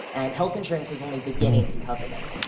and health insurance is only beginning to cover them.